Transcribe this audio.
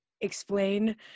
explain